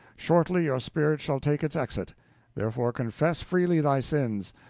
shortly your spirit shall take its exit therefore confess freely thy sins,